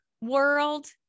world